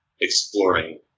exploring